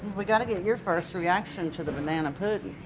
we gotta get your first reaction to the banana pudding.